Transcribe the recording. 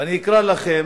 ואני אקרא לכם